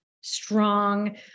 strong